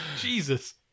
Jesus